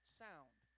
sound